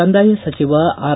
ಕಂದಾಯ ಸಚಿವ ಆರ್